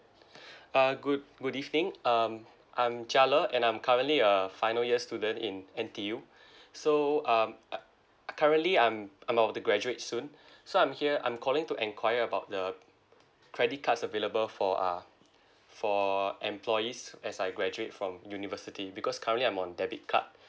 uh good good evening um I'm jalil and I'm currently a final year student in N_T_U so um uh currently I'm about to graduate soon so I'm here I'm calling to enquiry about the credit cards available for uh for employees as I graduate from university because currently I'm on debit card